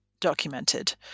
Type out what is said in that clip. documented